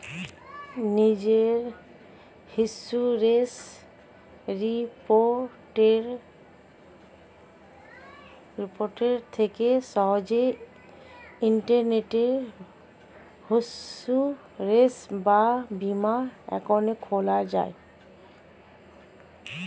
নিজের insurance repository থেকে সহজেই ইন্টারনেটে ইন্সুরেন্স বা বীমা অ্যাকাউন্ট খোলা যায়